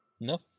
No